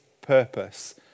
purpose